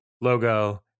logo